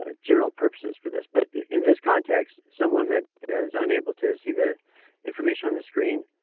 ah general purposes for this. but in this context someone that is unable to see the information on the screen,